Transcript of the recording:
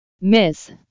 miss